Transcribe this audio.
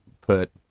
put